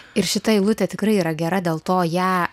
ir šita eilutė tikrai yra gera dėl to ją